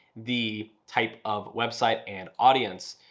the type of website and audience.